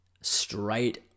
straight